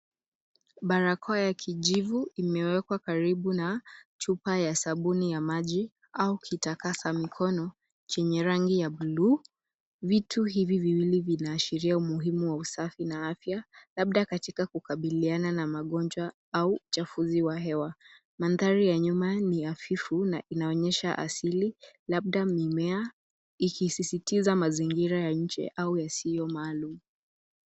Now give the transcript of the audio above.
Barakoa ya kijivu, imewekwa karibu na chupa ya sabuni ya maji, au kitakasa mikono, chenye rangi ya bluu. Vitu hivi viwili vinaashiria umuhimu wa usafi na afya, labda katika kukabiliana na magonjwa au uchafuzi wa hewa. Mandhari ya nyuma ni hafifu na inaonyesha asili, labda mimea ikisisitiza mazingira ya nje au yasiyo maalumu.